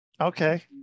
Okay